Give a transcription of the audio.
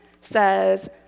says